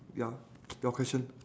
ya your question